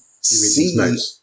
see